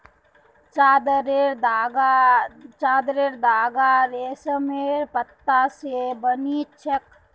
चादरेर धागा रेशमेर पत्ता स बनिल छेक